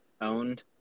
owned